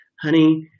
Honey